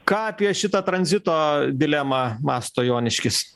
ką apie šitą tranzito dilemą mąsto joniškis